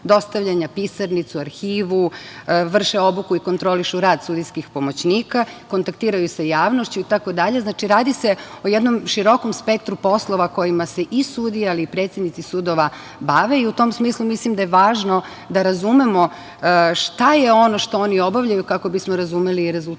dostavljanja na pisarnicu, arhivu, vrše obuku i kontrolišu rad sudijskih pomoćnika, kontaktiraju sa javnošću itd. Znači, radi se o jednom širokom spektru poslova kojima se i sudija, ali i predsednici sudova bave i u tom smislu mislim da je važno da razumemo šta je ono što oni obavljaju, kako bismo razumeli i rezultate